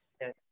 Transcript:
yes